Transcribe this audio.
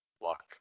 Luck